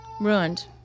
ruined